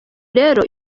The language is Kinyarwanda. rero